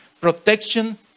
protection